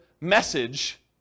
message